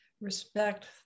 respect